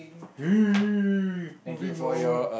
moving on